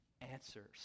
answers